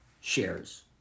shares